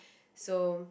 so